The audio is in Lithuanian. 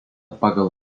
pagal